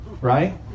right